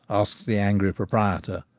asks the angry proprietor.